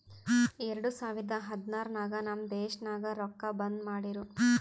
ಎರಡು ಸಾವಿರದ ಹದ್ನಾರ್ ನಾಗ್ ನಮ್ ದೇಶನಾಗ್ ರೊಕ್ಕಾ ಬಂದ್ ಮಾಡಿರೂ